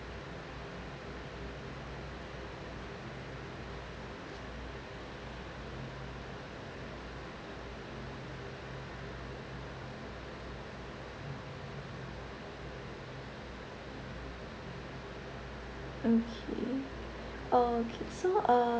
okay okay so uh